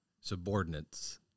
subordinates